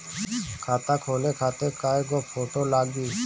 खाता खोले खातिर कय गो फोटो लागी?